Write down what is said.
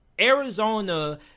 Arizona